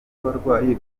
abarwayi